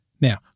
Now